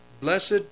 blessed